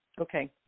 Okay